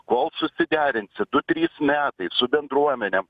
kol susiderinsi du trys metai su bendruomene